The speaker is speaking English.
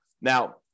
Now